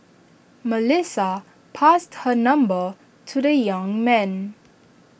Melissa passed her number to the young man